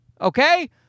okay